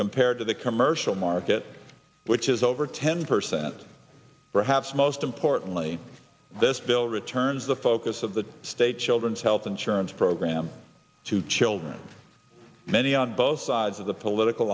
compared to the commercial market which is over ten percent perhaps most importantly this bill returns the focus of the state children's health insurance program to children many on both sides of the political